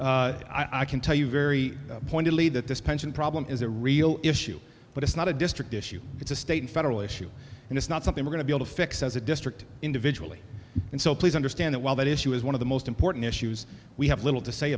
themselves i can tell you very pointedly that this pension problem is a real issue but it's not a district issue it's a state federal issue and it's not something we're going to be able to fix as a district individually and so please understand that while that issue is one of the most important issues we have little to say